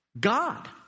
God